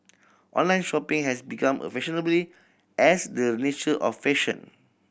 online shopping has become a fashionably as the nature of fashion